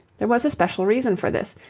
there was a special reason for this,